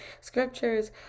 scriptures